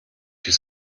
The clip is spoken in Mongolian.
шиг